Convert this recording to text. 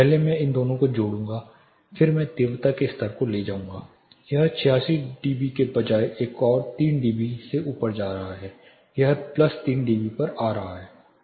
पहले मैं इन दोनों को जोड़ूंगा फिर मैं तीव्रता के स्तर को ले जाऊंगा यह 86 dB के बजाय एक और 3 dB से ऊपर जा रहा है यह plus 3 dB पर आ रहा है